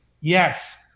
yes